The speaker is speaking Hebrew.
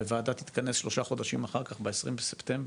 וועדה תתכנס שלושה חודשים אחר כך ב-20 בספטמבר,